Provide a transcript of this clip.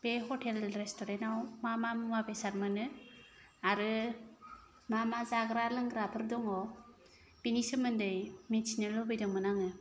बे हथेल रेस्टुरेन्ताव मा मा मुवा बेसाद मोनो आरो मा मा जाग्रा लोंग्राफोर दङ बेनि सोमोन्दै मिथिनो लुबैदोंमोन आङो